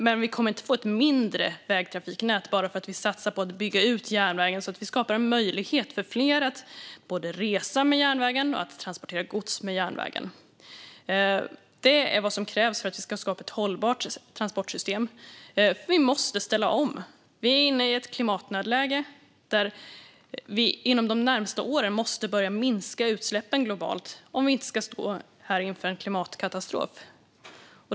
Men vi kommer inte att få ett mindre vägtrafiknät bara för att vi satsar på att bygga ut järnvägen och skapa en möjlighet för fler att både resa med järnvägen och transportera gods med järnvägen. Det är vad som krävs för att vi ska skapa ett hållbart transportsystem. Vi måste ställa om. Vi är i ett klimatnödläge där vi inom de närmaste åren måste börja minska utsläppen globalt om vi inte ska stå inför en klimatkatastrof.